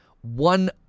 one